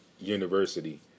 university